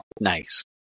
Nice